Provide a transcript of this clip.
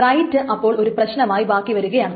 right അപ്പോൾ ഒരു പ്രശ്നമായി ബാക്കി വരുകയാണ്